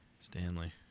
Stanley